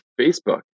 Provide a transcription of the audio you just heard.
Facebook